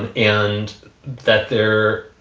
and and that there.